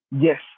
yes